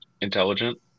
intelligent